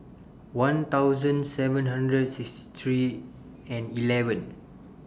one thousand seven hundred and sixty three and eleven